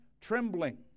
trembling